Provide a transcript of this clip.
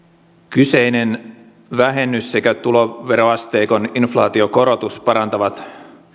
kyseinen vähennys sekä tuloveroasteikon inflaatiokorotus parantavat